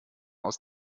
aus